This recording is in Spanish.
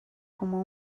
como